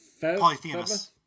Polyphemus